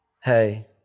hey